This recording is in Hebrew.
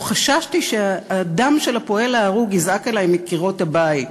או חששתי שהדם של הפועל ההרוג יזעק אלי מקירות הבית.